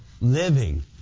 living